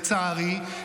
לצערי,